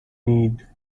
need